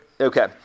Okay